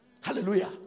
Hallelujah